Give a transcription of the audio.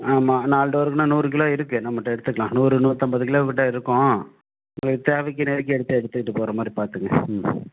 ஆமாம் நாலு டோருக்குன்னா நூறு கிலோ இருக்கு நம்மள்கிட்ட எடுத்துக்கலாம் நூறு நூற்றம்பது கிலோக்கிட்ட இருக்கும் உங்களுக்கு தேவைக்கு நெருக்கி எடுத்து எடுத்துக்கிட்டு போகறமாரி பார்த்துக்குங்க ம்